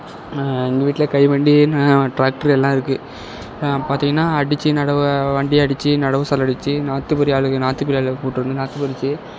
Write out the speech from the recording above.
எங்கள் வீட்டில் கைவண்டி டிராக்டரு எல்லாம் இருக்கு பார்த்திங்கனா அடிச்சு நடவை வண்டியை அடிச்சு நடவு சால் அடிச்சு நாற்று பறி ஆளுக நாற்று பறி ஆளுக கூப்பிட்டு வந்து நாற்று பறிச்சு